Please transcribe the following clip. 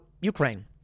Ukraine